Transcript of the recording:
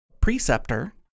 preceptor